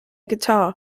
guitar